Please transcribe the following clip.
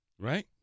Right